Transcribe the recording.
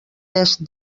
est